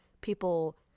people